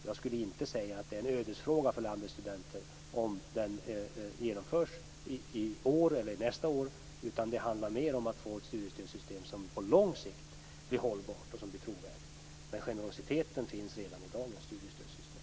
Jag skulle inte säga att det är en ödesfråga för landets studenter om den genomförs i år eller nästa år, utan det handlar mer om att få ett studiestödssystem som på lång sikt blir hållbart och trovärdigt. Men generositeten finns redan i dagens studiestödssystem.